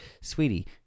sweetie